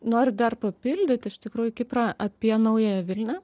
noriu dar papildyt iš tikrųjų kiprą apie naująją vilnią